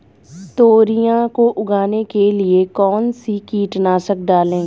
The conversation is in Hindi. तोरियां को उगाने के लिये कौन सी कीटनाशक डालें?